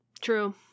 true